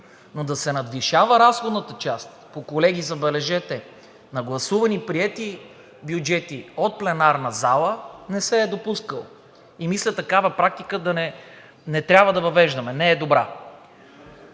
Но да се надвишава разходната част, забележете, на гласувани и приети бюджети от пленарната зала, не се е допускало. И мисля, такава практика не трябва да въвеждаме, не е добра.